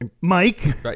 mike